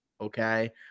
okay